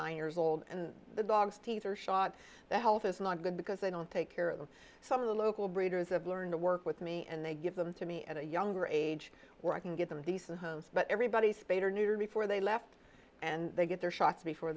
nine years old and the dog's teeth are shot their health is not good because they don't take care of them some of the local breeders of learn to work with me and they give them to me at a younger age where i can give them decent homes but everybody spayed or neutered before they left and they get their shots before